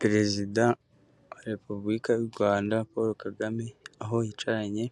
Perezida wa repubulika y'u Rwanda Paul Kagame aho yicaranye